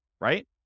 right